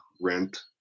rent